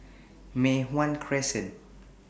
Mei Hwan Crescent